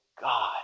God